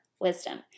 wisdom